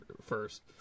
first